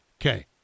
Okay